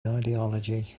ideology